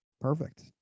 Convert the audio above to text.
Perfect